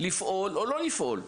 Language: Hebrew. לפעול או לא לפעול.